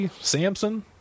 samson